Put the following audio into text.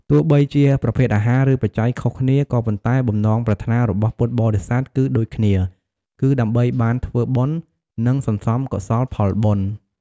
ទោះបីជាប្រភេទអាហារ ឬបច្ច័យខុសគ្នា ក៏ប៉ុន្តែបំណងប្រាថ្នារបស់ពុទ្ធបរិស័ទគឺដូចគ្នា គឺដើម្បីបានធ្វើបុណ្យ និងសន្សំកុសលផលបុណ្យ។